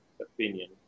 opinion